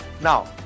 Now